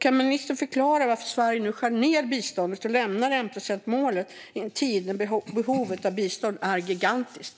Kan ministern förklara varför Sverige nu skär ned på biståndet och lämnar enprocentsmålet i en tid när behovet av bistånd är gigantiskt?